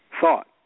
thought